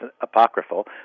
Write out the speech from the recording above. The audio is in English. apocryphal